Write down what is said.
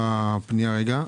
נכון.